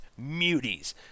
muties